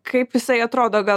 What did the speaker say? kaip jisai atrodo gal